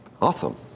awesome